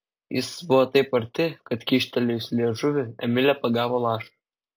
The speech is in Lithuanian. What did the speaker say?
jis buvo taip arti kad kyštelėjusi liežuvį emilė pagavo lašą